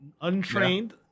Untrained